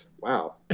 Wow